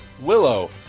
Willow